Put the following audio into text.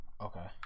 Okay